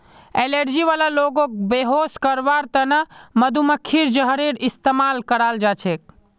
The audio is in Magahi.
एलर्जी वाला लोगक बेहोश करवार त न मधुमक्खीर जहरेर इस्तमाल कराल जा छेक